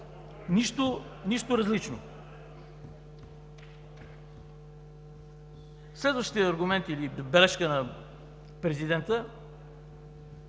Нищо различно. Следващият аргумент или бележка на президента